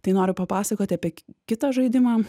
tai noriu papasakoti apie kitą žaidimą